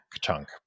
chunk